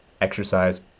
exercise